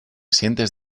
sientes